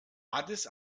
addis